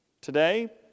Today